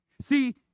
See